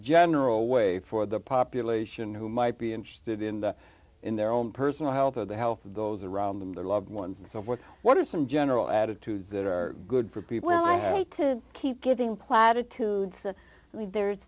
general way for the population who might be interested in the in their own personal health or the health of those around them their loved ones or what what are some general attitudes that are good for people who have to keep giving platitudes we there's